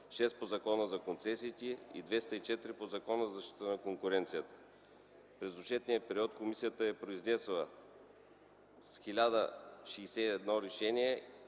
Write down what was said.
6 по Закона за концесиите и 204 по Закона за защита на конкуренцията. През отчетния период комисията се е произнесла с 1061 решения